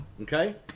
okay